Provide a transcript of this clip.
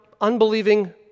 unbelieving